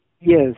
Yes